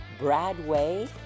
Bradway